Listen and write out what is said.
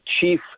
chief